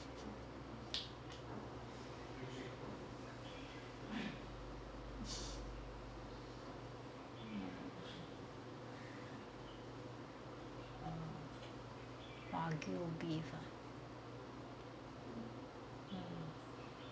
wagyu beef [H]